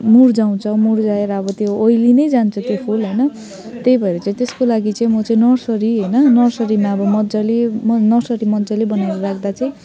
मुर्झाउँछ मुर्झाएर अब त्यो ओइली नै जान्छ त्यो फुल होइन त्यही भएर चाहिँ त्यसको लागि चाहिँ म चाहिँ नर्सरी होइन नर्सरीमा अब मजाले म नर्सरी मजाले बनाएर राख्दा चाहिँ